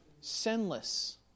Sinless